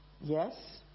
Yes